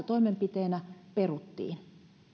kokoomuksen toimesta säästötoimenpiteenä peruttiin